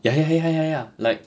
ya ya ya ya ya like